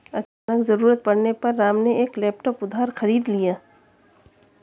अचानक ज़रूरत पड़ने पे राम ने एक लैपटॉप उधार खरीद लिया